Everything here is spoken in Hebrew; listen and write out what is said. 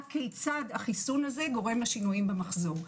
הכיצד החיסון הזה גורם לשינויים במחזור.